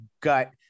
gut